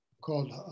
called